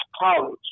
college